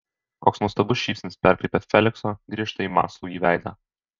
koks nuostabus šypsnys perkreipia felikso griežtai mąslųjį veidą